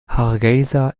hargeysa